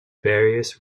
various